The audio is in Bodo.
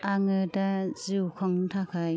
आङो दा जिउ खांनो थाखाय